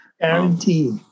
guaranteed